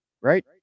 right